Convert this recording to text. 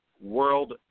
world